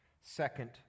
Second